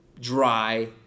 dry